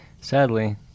sadly